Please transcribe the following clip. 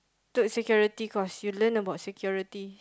took security course you learn about security